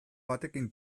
batekin